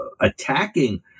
attacking